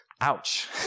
Ouch